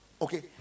Okay